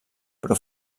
però